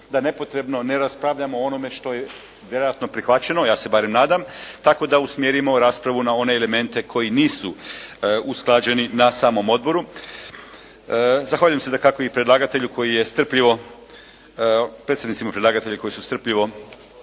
da nepotrebno ne raspravljamo o onome što je vjerojatno prihvaćeno, ja se barem nadam, tako da usmjerimo raspravu na one elemente koji nisu usklađeni na samom odboru, zahvaljujem se dakako i predlagatelju koji je strpljivo, predsjednicima predlagatelja koji su strpljivo